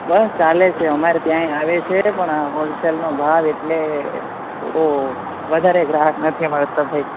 બસ ચાલે છે અમારે ત્યાંય આવે છે પણ હોલસેલનો ભાવ એટલે ઑ વધારે ગ્રાહક નથી અમારે ત્યાં ભાઈ